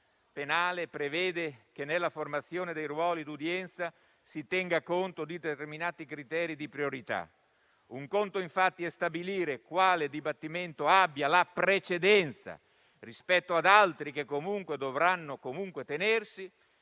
procedura penale prevede che nella formazione dei ruoli di udienza si tenga conto di determinati criteri di priorità. Un conto infatti è stabilire quale dibattimento abbia la precedenza rispetto ad altri che dovranno comunque tenersi;